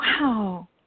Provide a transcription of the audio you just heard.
Wow